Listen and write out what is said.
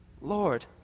Lord